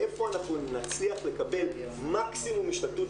איפה אנחנו נצליח לקבל מקסימום השתלטות